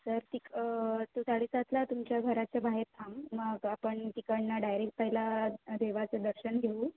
जर तिक तू साडेसातला तुमच्या घराच्या बाहेर थांब मग आपण तिकडून डायरेक्ट पहिला देवाचं दर्शन घेऊ